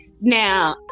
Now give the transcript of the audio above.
Now